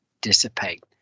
dissipate